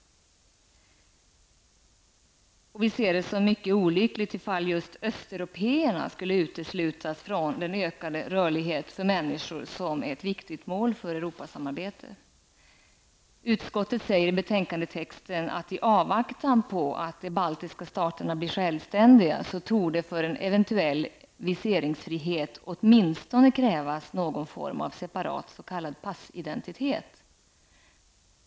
Vi ser det som mycket olyckligt om just Östeuropéerna skulle utestängas från den ökade rörlighet för människor som är ett viktigt mål för Utskottet säger i betänkandetexten att det i avvaktan på att de baltiska staterna blir självständiga torde för en eventuell viseringsfrihet åtminstone krävas någon form av separat s.k. passidentitet.